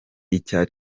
icya